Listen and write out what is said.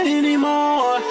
anymore